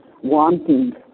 wanting